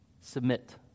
submit